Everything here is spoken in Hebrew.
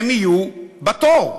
הם יהיו בתור,